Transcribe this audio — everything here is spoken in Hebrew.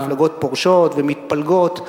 והנהגות פורשות ומתפלגות,